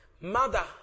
Mother